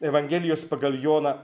evangelijos pagal joną